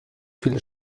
viel